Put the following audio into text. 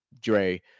Dre